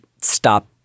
stop